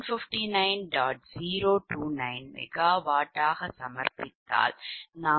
029 𝑀W சமர்ப்பிதால் PLoss0